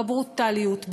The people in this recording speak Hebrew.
בברוטליות,